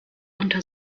unter